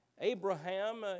Abraham